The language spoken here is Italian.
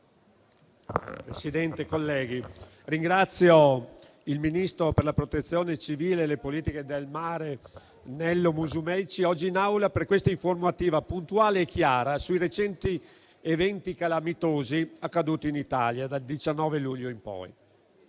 Presidente, colleghi, ringrazio il ministro per la protezione civile e le politiche del mare, Nello Musumeci, oggi in Aula per questa informativa puntuale e chiara sui recenti eventi calamitosi accaduti in Italia dal 19 luglio in poi.